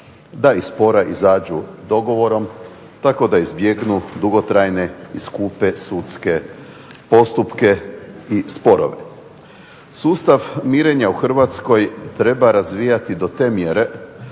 da iz spora izađu dogovorom tako da izbjegnu dugotrajne i skupe sudske postupke i sporove. Sustav mirenja u Hrvatskoj treba razvijati do te mjere